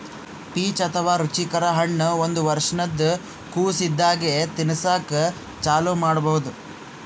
peach ಅಥವಾ ರುಚಿಕರ ಹಣ್ಣ್ ಒಂದ್ ವರ್ಷಿನ್ದ್ ಕೊಸ್ ಇದ್ದಾಗೆ ತಿನಸಕ್ಕ್ ಚಾಲೂ ಮಾಡಬಹುದ್